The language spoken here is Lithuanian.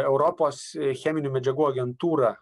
europos cheminių medžiagų agentūra